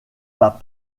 pas